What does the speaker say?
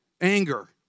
Anger